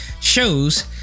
shows